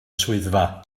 swyddfa